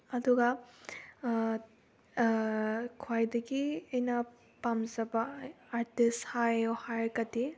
ꯑꯗꯨꯒ ꯈ꯭ꯋꯥꯏꯗꯒꯤ ꯑꯩꯅ ꯄꯥꯝꯖꯕ ꯑꯥꯔꯇꯤꯁ ꯍꯥꯏꯌꯣ ꯍꯥꯏꯔꯒꯗꯤ